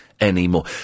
anymore